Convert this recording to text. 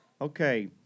Okay